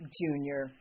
junior